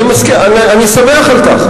אני שמח על כך.